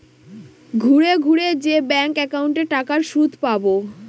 ঘুরে ঘুরে যে ব্যাঙ্ক একাউন্টে টাকার সুদ পাবো